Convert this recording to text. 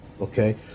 Okay